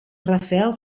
rafael